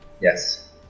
Yes